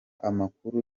amakuru